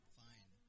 fine